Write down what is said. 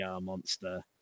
monster